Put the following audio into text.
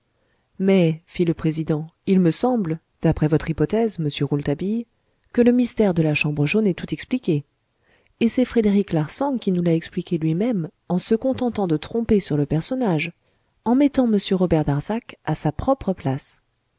mais fit le président il me semble d'après votre hypothèse monsieur rouletabille que le mystère de la chambre jaune est tout expliqué et c'est frédéric larsan qui nous l'a expliqué lui-même en se contentant de tromper sur le personnage en mettant m robert darzac à sa propre place